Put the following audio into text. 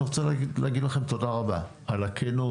אני רוצה להגיד לכם תודה רבה על הכנות,